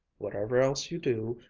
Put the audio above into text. whatever else you do,